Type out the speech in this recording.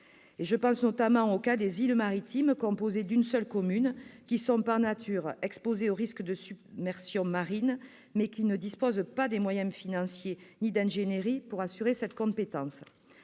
Je pense notamment aux îles maritimes composées d'une seule commune, qui sont, par nature, exposées au risque de submersion marine, mais qui ne disposent pas des moyens financiers ni de l'ingénierie pour assurer cette compétence.